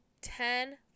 Ten